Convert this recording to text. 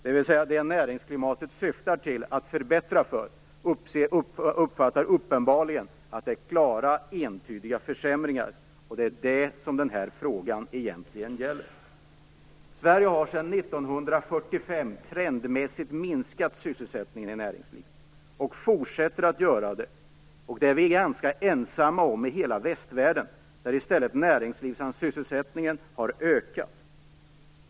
Dem som näringsklimatet syftar till att förbättra för uppfattar uppenbarligen att det är klara och entydiga försämringar. Det är detta som den här frågan egentligen gäller. Sverige har sedan 1945 trendmässigt minskat sysselsättningen i näringslivet och fortsätter att göra det. Det är vi ganska ensamma om i hela Västvärlden, där i stället näringslivssysselsättningen har ökat.